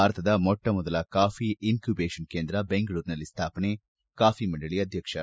ಭಾರತದ ಮೊಟ್ಟಮೊದಲ coffee incubation ಕೇಂದ್ರ ಬೆಂಗಳೂರಿನಲ್ಲಿ ಸ್ವಾಪನೆ ಕಾಫಿ ಮಂಡಳಿ ಅಧ್ಯಕ್ಷರು